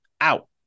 out